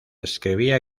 escribía